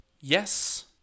Yes